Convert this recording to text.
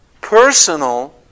personal